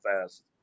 fast